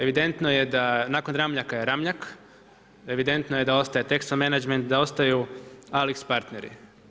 Evidentno je da je nakon Ramljaka je Ramljak, evidentno je da ostaje TExo Management da ostaju Alix Partneri.